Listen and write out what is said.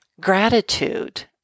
gratitude